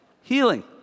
healing